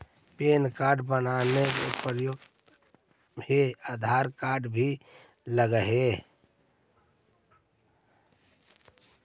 Pan card बनावे पडय है आधार कार्ड भी लगहै?